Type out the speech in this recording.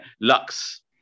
Lux